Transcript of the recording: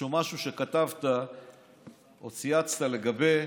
איזשהו משהו שכתבת או צייצת לגבי